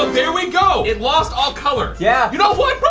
um there we go. it lost all color. yeah. you know what, bro?